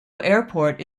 airport